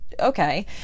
Okay